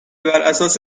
براساس